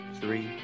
three